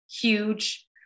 huge